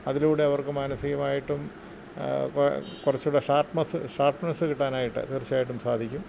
അതിലൂടെ അവർക്ക് മാനസികമായിട്ടും ക്കെ കുറച്ച് കൂടെ ഷാർപ്പ്നെസ്സ് ഷാർപ്പ്നെസ്സ് കിട്ടാനായിട്ട് തീർച്ചയായിട്ടും സാധിക്കും